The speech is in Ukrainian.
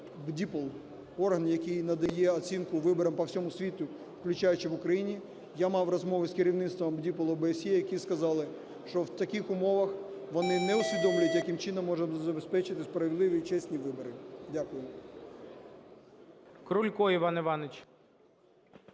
– орган, який надає оцінку виборам по всьому світу, включаючи в Україні. Я мав розмови з керівництвом (БДІПЛ) ОБСЄ, які сказали, що в таких умовах, вони не усвідомлюють, яким чином можуть забезпечити справедливі і чесні вибори. Дякую.